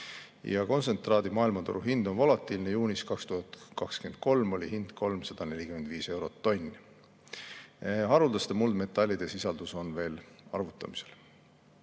Kontsentraadi maailmaturuhind on volatiilne, juunis 2023 oli hind 345 eurot tonni. Haruldaste muldmetallide sisaldus on veel arvutamisel.